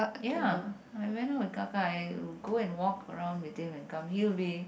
ya I went out with kakak I will go and walk around with him and come he will be